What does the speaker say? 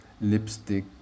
lipstick